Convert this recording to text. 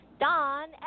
Don